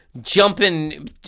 jumping